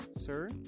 Sir